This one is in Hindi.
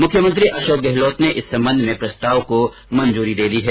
मुख्यमंत्री अशोक गहलोत ने इस संबंध में प्रस्ताव को मंजूरी प्रदान कर दी है